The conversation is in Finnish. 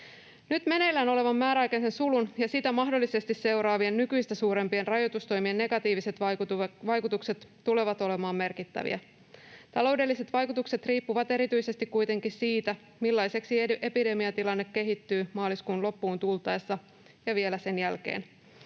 Nyt meneillään olevan määräaikaisen sulun ja sitä mahdollisesti seuraavien nykyistä suurempien rajoitustoimien negatiiviset vaikutukset tulevat olemaan merkittäviä. Taloudelliset vaikutukset riippuvat kuitenkin erityisesti siitä, millaiseksi epidemiatilanne kehittyy maaliskuun loppuun tultaessa ja vielä sen jälkeen.